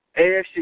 AFC